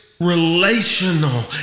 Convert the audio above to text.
relational